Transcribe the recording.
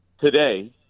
today